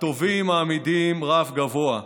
הטובים מעמידים רף גבוה,